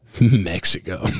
Mexico